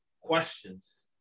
questions